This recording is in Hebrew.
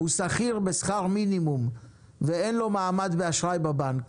הוא שכיר בשכר מינימום ואין לו מעמד באשראי בבנק,